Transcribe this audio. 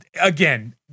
Again